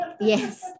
yes